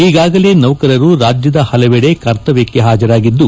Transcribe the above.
ಈಗಾಗಲೇ ನೌಕರರು ರಾಜ್ಯದ ಹಲವೆಡೆ ಕರ್ತವ್ಲಕ್ಷೆ ಹಾಜರಾಗಿದ್ದು